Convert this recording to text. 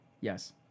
Yes